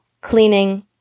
cleaning